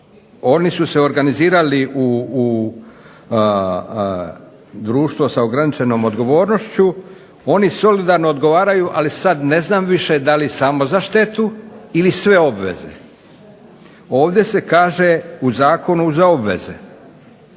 oni su se organizirali u društvo sa ograničenom odgovornošću oni solidarno odgovaraju, ali sada više ne znam je li samo za štetu ili za sve obveze. Ovdje se kaže u Zakonu za obveze.